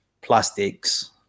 plastics